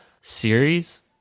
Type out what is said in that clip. series